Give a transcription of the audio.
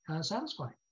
satisfying